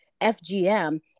FGM